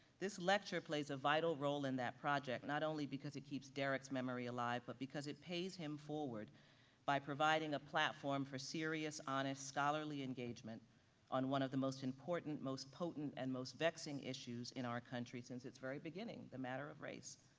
this lecture plays a vital role in that project, not only because it keeps derrick memory alive, but because it pays him forward by providing a platform for serious, honest, scholarly engagement on one of the most important, most potent and most vexing issues in our country since its very beginning, the matter of race.